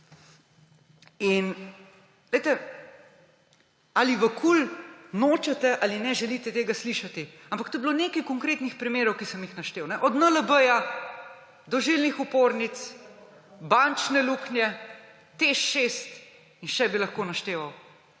Ali v KUL nočete ali ne želite tega slišati, ampak to je bilo nekaj konkretnih primerov, ki sem jih naštel, od NLB do žilnih opornic, bančne luknje, Teš 6, in še bi lahko našteval?